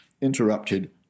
interrupted